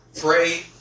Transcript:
Pray